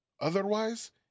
Otherwise